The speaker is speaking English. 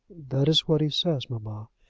that is what he says, mamma.